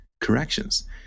corrections